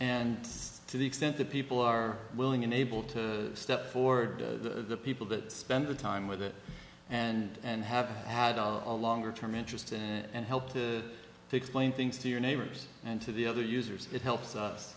and to the extent that people are willing and able to step forward to the people that spend the time with it and have had a longer term interest in and helped to explain things to your neighbors and to the other users it helps us